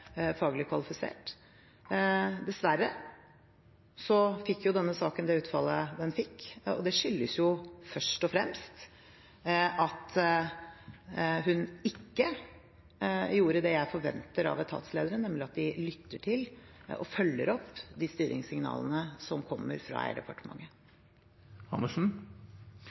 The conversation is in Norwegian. faglig kvalifisert. Dessverre fikk denne saken det utfallet den fikk. Det skyldes først og fremst at hun ikke gjorde det jeg forventer av etatsledere, nemlig at de lytter til og følger opp de stillingssignalene som kommer fra